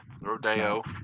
Rodeo